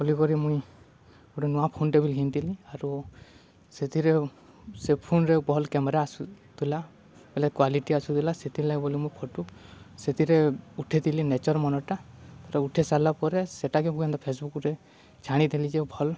ବୋଲିକରି ମୁଇଁ ଗୁଟେ ନୂଆ ଫୋନ୍ଟେ ବି ଘିନିଥିଲି ଆରୁ ସେଥିରେ ସେ ଫୋନ୍ରେେ ଭଲ୍ କ୍ୟାମେରା ଆସୁଥିଲା ବଲେ କ୍ଵାଲିଟି ଆସୁଥିଲା ସେଥିର୍ଲାଗି ବୋଲି ମୁଇଁ ଫଟୁ ସେଥିରେ ଉଠେଇଥିଲି ନେଚର୍ ମନ୍ଟା ଉଠେଇ ସାର୍ଲା ପରେ ସେଟାକେ ମୁଁ ଏନ୍ ଫେସ୍ବୁକ୍ରେ ଛାଡ଼ିଥିଲି ଯେ ଭଲ୍